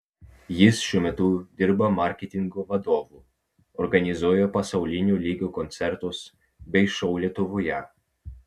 jis šiuo metu dirba marketingo vadovu organizuoja pasaulinio lygio koncertus bei šou lietuvoje